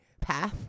Path